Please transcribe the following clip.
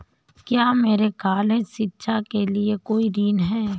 क्या मेरे कॉलेज शिक्षा के लिए कोई ऋण है?